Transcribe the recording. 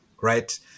right